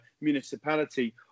Municipality